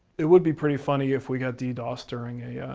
it would be pretty funny if we got ddosed during a.